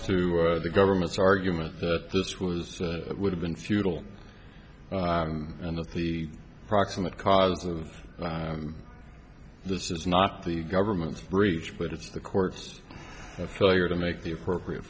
to the government's argument that this was it would have been futile and that the proximate cause of this is not the government's breach but it's the court's failure to make the appropriate